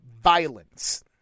violence